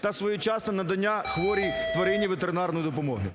та своєчасне надання хворій тварині ветеринарної допомоги.